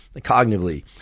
cognitively